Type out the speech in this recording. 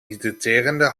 hydraterende